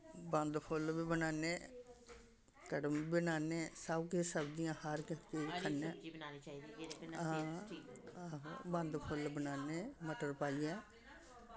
बंद फुल्ल बी बनान्ने कड़म बी बनान्ने सब्भ किश सब्जियां हर किश चीज खन्ने हां आहो बंद फुल्ल बनान्ने मटर पाइयै